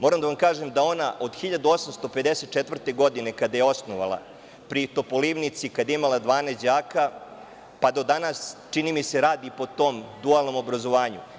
Moram da vam kažem da ona od 1854. godine, kada je osnovana, pri Topolivnici, kada je imala 12 đaka, pa do danas, čini mi se, radi po tom dualnom obrazovanju.